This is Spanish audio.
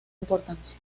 importancia